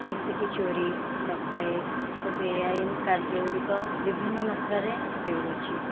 ଯେମିତି କି ଚୋରି ଡକାୟତ ଓ ବେଆଇନ କାର୍ଯ୍ୟ ଗୁଡ଼ିକ ବିଭିନ୍ନ ମାତ୍ରାରେ ହେଉଅଛି